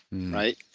right?